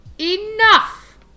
Enough